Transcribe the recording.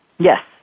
Yes